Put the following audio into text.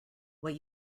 what